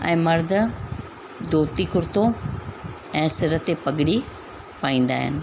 ऐं मर्द धोती कुर्तो ऐं सिर ते पगड़ी पाईंदा आहिनि